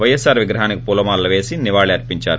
పైఎస్సాఆర్ విగ్రహానికి పూలమాలలు పేసి సీవాళర్పించారు